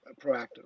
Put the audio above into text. proactive